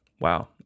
wow